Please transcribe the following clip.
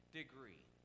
degree